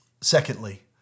Secondly